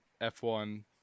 F1